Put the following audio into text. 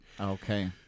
Okay